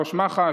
ראש מח"ש,